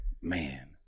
man